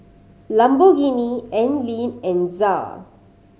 Lamborghini Anlene and ZA